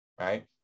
right